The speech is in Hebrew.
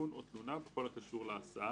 עדכון או תלונה בכל הקשור להסעה,